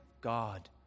God